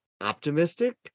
optimistic